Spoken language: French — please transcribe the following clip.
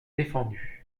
défendus